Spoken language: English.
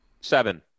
Seven